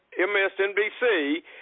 MSNBC